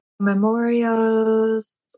memorials